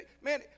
man